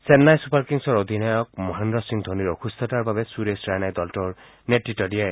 Chennai super কিংছৰ অধিনায়ক মহেন্দ্ৰ সিং ধোনীৰ অসুস্থতাৰ বাবে সুৰেশ ৰাইনাই দলটোৰ নেতৃত্ব দিয়ে